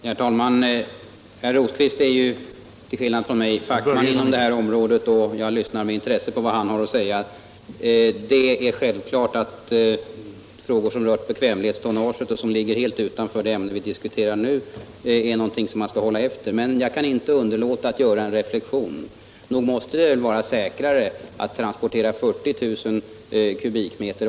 Herr talman! Herr Rosqvist är ju till skillnad från mig fackman på det här området, och jag lyssnar med intresse på vad han har att säga. Frågor rörande bekvämlighetstonnaget ligger helt utanför det ämne vi diskuterar nu, men självfallet är detta någonting som man bör hålla efter. Jag kan inte underlåta att göra en reflexion. Nog måste det väl vara säkrare att transportera 40 000 m?